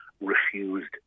refused